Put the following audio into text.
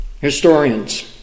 historians